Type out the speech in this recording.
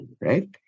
right